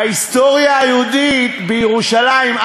ההיסטוריה היהודית בירושלים,